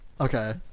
Okay